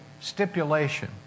stipulation